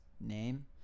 Name